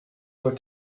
were